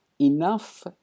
enough